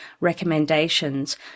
recommendations